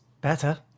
better